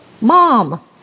mom